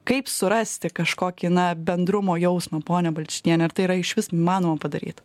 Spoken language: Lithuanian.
kaip surasti kažkokį na bendrumo jausmą ponia balčytiene ar tai yra išvis įmanoma padaryt